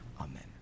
amen